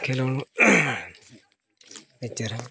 ᱠᱷᱮᱞᱳᱰ ᱟᱹᱰᱤ ᱪᱮᱦᱨᱟ